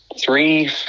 three